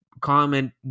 comment